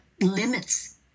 limits